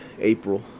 April